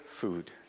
food